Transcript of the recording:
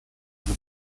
ihre